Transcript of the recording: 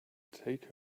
take